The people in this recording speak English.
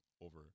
over